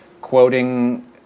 quoting